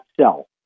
sell